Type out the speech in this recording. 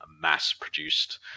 mass-produced